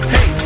Hey